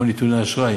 וגם של נתוני אשראי,